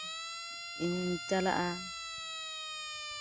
ᱤᱧᱤᱧ ᱪᱟᱞᱟᱜᱼᱟ